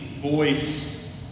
voice